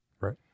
Right